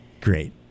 Great